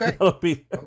Okay